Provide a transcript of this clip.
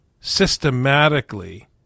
systematically